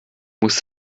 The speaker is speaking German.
muss